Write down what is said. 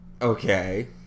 Okay